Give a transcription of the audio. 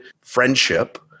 friendship